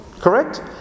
Correct